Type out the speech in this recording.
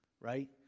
right